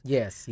Yes